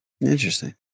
Interesting